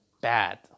bad